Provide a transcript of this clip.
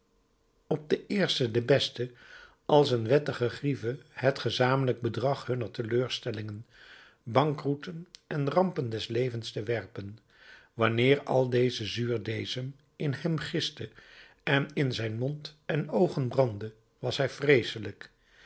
op den eerste den beste als een wettige grieve het gezamenlijk bedrag hunner teleurstellingen bankroeten en rampen des levens te werpen wanneer al deze zuurdeesem in hem gistte en in zijn mond en oogen brandde was hij vreeselijk